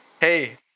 hey